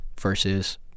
versus